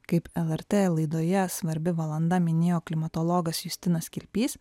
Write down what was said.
kaip lrt laidoje svarbi valanda minėjo klimatologas justinas kirpys